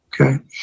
Okay